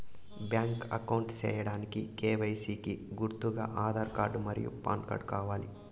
Bank account సేయడానికి KYC కి గుర్తుగా ఆధార్ కార్డ్ మరియు పాన్ కార్డ్ కావాలా?